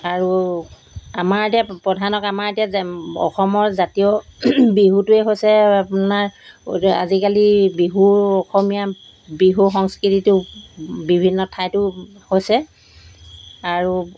আৰু আমাৰ এতিয়া প্ৰধানক আমাৰ এতিয়া য অসমৰ জাতীয় বিহুটোৱেই হৈছে আপোনাৰ আজিকালি বিহু অসমীয়া বিহু সংস্কৃতিটো বিভিন্ন ঠাইতো হৈছে আৰু